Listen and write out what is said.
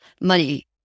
money